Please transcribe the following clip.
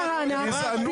ברור שהדין גובר.